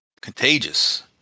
Contagious